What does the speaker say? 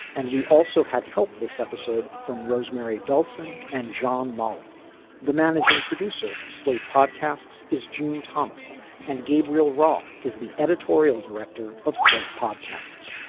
and we also had help this episode from rosemary belson and john molly the managing producer of slate podcasts is junior thomas and gabriel roth is the editorial director of slate podcasts.